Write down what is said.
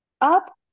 up